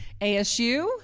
ASU